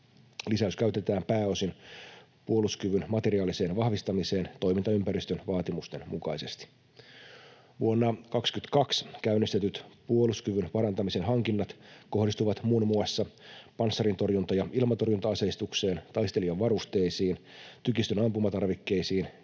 Lisäys käytetään pääosin puolustuskyvyn materiaaliseen vahvistamiseen toimintaympäristön vaatimusten mukaisesti. Vuonna 2022 käynnistetyt puolustuskyvyn parantamisen hankinnat kohdistuvat muun muassa panssarintorjunta- ja ilmatorjunta-aseistukseen, taistelijavarusteisiin, tykistön ampumatarvikkeisiin,